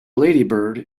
ladybird